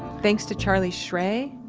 thanks to charlie srey,